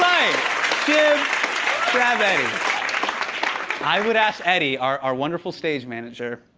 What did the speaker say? i yeah i would ask eddie, our wonderful stage manager.